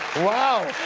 wow.